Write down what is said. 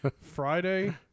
Friday